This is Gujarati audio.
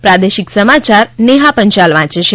પ્રાદેશિક સમાચાર નેહા પંચાલ વાંચે છે